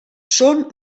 són